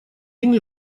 инны